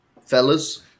fellas